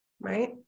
Right